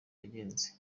yagenze